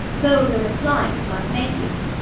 those are the climes must make you.